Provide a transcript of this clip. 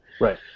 Right